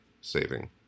saving